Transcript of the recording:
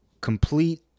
complete